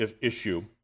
issue